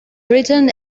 written